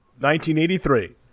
1983